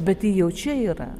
bet ji jau čia yra